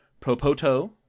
Propoto